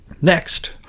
Next